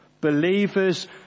Believers